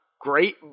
great